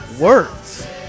words